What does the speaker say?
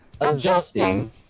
Adjusting